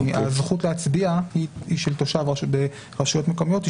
כי הזכות להצביע ברשויות המקומיות היא